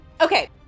Okay